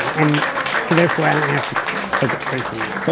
and and so therefore, i don't have to take it personally.